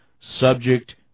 subject